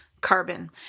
carbon